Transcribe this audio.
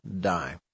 die